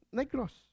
Negros